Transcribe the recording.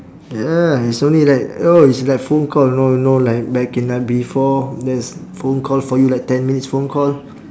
ya it's only like oh it's like phone call you know know like back in like B four there's phone call for you like ten minutes phone call